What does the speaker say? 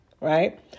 right